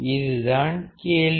இதுதான் கேள்வி